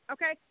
Okay